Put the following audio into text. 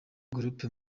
groupe